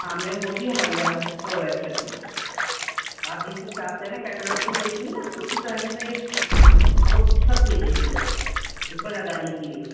ہاں میم وہ بھی ہمارے یہاں پرووائڈ کرتے ہیں آپ جس حساب سے ہے نا کیٹلوگ میں دیکھیں گے نا اسی طرح کے سے وہ سب دیتے ہیں ہم لوگ اس میں لگانے کے لیے